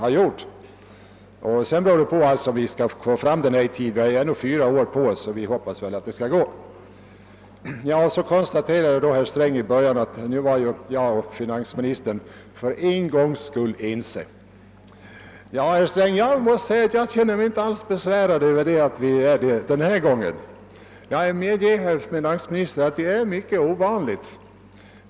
Frågan är sedan om vi kan få fram denna mätare i tid. Vi har ännu fyra år på oss, och vi hoppas att det skall vara möjligt. Herr Sträng konstaterade i början av sitt anförande, att han och jag för en gångs skull var ense. Ja, herr Sträng, jag känner mig inte alls besvärad över att vi är det den här gången. Men jag medger att det är mycket ovanligt.